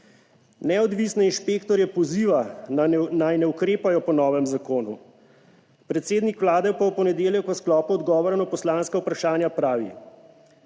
Neodvisne inšpektorje poziva, naj ne ukrepajo po novem zakonu. Predsednik Vlade pa v ponedeljek v sklopu odgovora na poslanska vprašanja pravi: